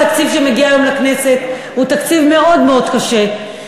התקציב שמגיע היום לכנסת הוא תקציב מאוד מאוד קשה,